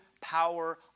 power